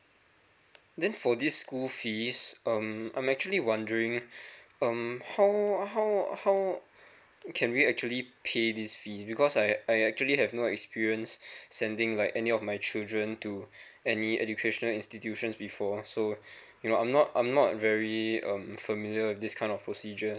then for this school fees um I'm actually wondering um how how how can we actually pay this fees because I I actually have no experienced sending like any of my children to any educational institutions before so you know I'm not I'm not very um familiar with this kind of procedure